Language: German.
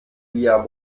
via